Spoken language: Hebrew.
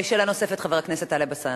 חבר הכנסת טלב אלסאנע,